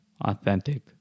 authentic